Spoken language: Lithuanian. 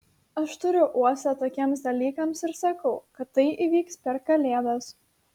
aš turiu uoslę tokiems dalykams ir sakau kad tai įvyks per kalėdas